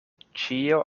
ĉio